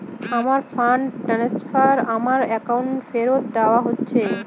আমার fund transfer আমার অ্যাকাউন্টে ফেরত দেওয়া হয়েছে